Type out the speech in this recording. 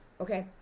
okay